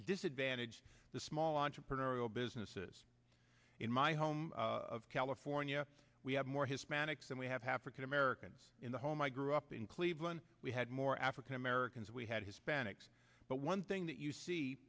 disadvantages the small entrepreneurial businesses in my home of calif fornia we have more hispanics and we have half a can americans in the home i grew up in cleveland we had more african americans we had hispanics but one thing that you see